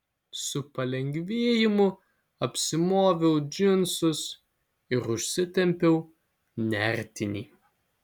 su palengvėjimu apsimoviau džinsus ir užsitempiau nertinį